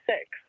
six